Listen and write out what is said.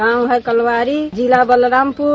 गांव है कलवारी जिला बलरामपुर